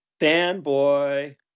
Fanboy